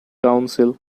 council